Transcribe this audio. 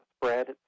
spread